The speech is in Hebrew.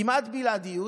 כמעט בלעדיות.